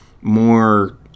more